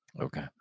Okay